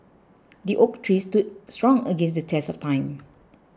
the oak tree stood strong against the test of time